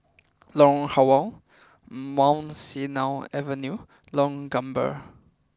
Lorong Halwa Mount Sinai Avenue Lorong Gambir